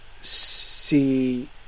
see